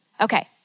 Okay